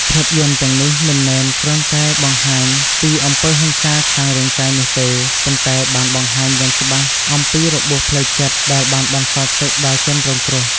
ភាពយន្តទាំងនេះមិនមែនគ្រាន់តែបង្ហាញពីអំពើហិង្សាខាងរាងកាយនោះទេ ប៉ុន្តែបានបង្ហាញយ៉ាងច្បាស់អំពី របួសផ្លូវចិត្ត ដែលបានបន្សល់ទុកដល់ជនរងគ្រោះ។